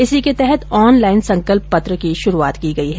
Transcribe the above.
इसी के तहत ऑनलाईन संकल्प पत्र की शुरूआत की गई है